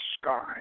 sky